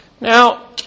Now